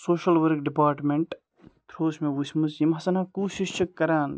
social work department through چھِ مےٚ وٕچھمٕژ یِم ہسا نَہ کوٗشِش چھِ کران